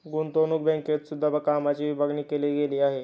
गुतंवणूक बँकेत सुद्धा कामाची विभागणी केली गेली आहे